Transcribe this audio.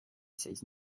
seis